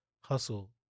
hustle